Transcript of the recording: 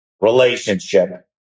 relationship